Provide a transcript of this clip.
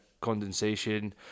condensation